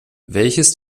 welches